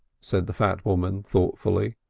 said the fat woman thoughtfully.